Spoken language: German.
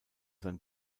sein